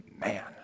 man